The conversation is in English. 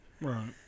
Right